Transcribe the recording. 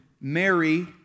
Mary